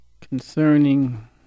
concerning